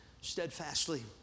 steadfastly